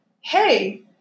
Hey